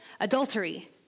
adultery